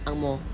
ang moh